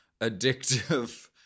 Addictive